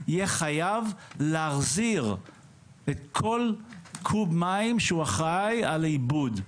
יהיה חייב להחזיר את כל קוב מים שהוא אחראי על איבוד,